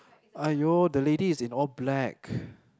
!aiyo! the lady is in all black